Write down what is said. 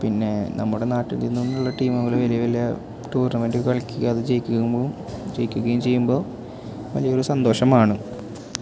പിന്നെ നമ്മുടെ നാട്ടിൽ നിന്നുതന്നെയുള്ള ടീമുകൾ വലിയ വലിയ ടൂർണമെൻട് കളിയ്ക്കുകയും അതു ജയിക്കുമ്പം ജയിക്കുകയും ചെയ്യുമ്പം വലിയ ഒരു സന്തോഷമാണ്